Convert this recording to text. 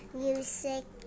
music